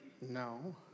No